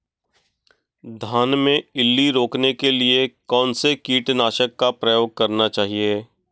धान में इल्ली रोकने के लिए कौनसे कीटनाशक का प्रयोग करना चाहिए?